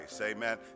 Amen